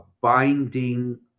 binding